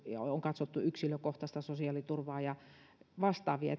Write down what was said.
ja on katsottu yksilökohtaista sosiaaliturvaa ja vastaavia